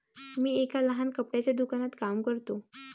मी एका लहान कपड्याच्या दुकानात काम करतो